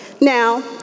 Now